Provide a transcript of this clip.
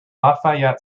lafayette